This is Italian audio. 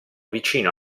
vicino